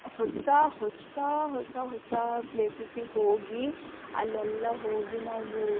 ಹೊಸ ಹೊಸ ಹೊಸ ಹೊಸ ಪ್ಲೇಸಸ್ಸಿಗೆ ಹೋಗಿ ಅಲ್ಲೆಲ್ಲ ಹೋಗಿ ನಾವು